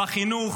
בחינוך,